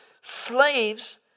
slaves